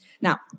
Now